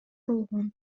болгон